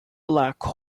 black